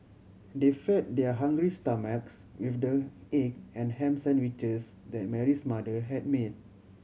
they fed their hungry stomachs with the egg and ham sandwiches that Mary's mother had made